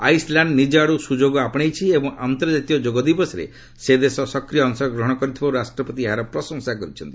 Iceland ନିଜଆଡୁ ଯୋଗକୁ ଆପଶେଇଛି ଏବଂ ଅନ୍ତର୍ଜାତୀୟ ଯୋଗ ଦିବସରେ ସେ ଦେଶ ସକ୍ରିୟ ଅଂଶଗ୍ରହଣ କରିଥିବାରୁ ରାଷ୍ଟ୍ରପତି ଏହାର ପ୍ରଶଂସା କରିଛନ୍ତି